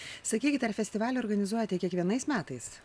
sakykit ar festivalį organizuojate kiekvienais metais